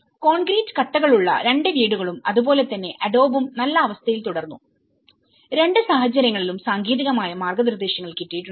കോൺക്രീറ്റ്കട്ടകളുള്ള രണ്ട് വീടുകളും അതുപോലെ തന്നെ അഡോബും നല്ല അവസ്ഥയിൽ തുടർന്നു രണ്ട് സാഹചര്യങ്ങളിലും സാങ്കേതികമായി മാർഗനിർദ്ദേശങ്ങൾ കിട്ടിയിട്ടുണ്ട്